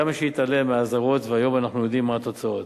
היה מי שהתעלם מהאזהרות והיום אנחנו יודעים מה התוצאות.